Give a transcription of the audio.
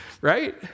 right